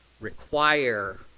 require